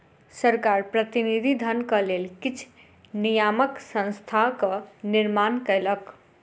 सरकार प्रतिनिधि धनक लेल किछ नियामक संस्थाक निर्माण कयलक